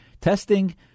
Testing